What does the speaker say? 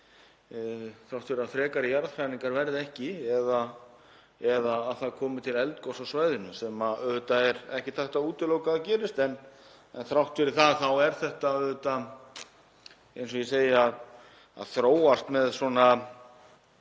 þrátt fyrir að frekari jarðhræringar verði ekki eða það komi ekki til eldgoss á svæðinu sem auðvitað er ekki hægt að útiloka að gerist. Þrátt fyrir það er þetta að þróast með